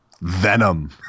venom